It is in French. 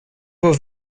vos